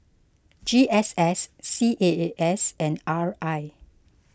G S S C A A S and R I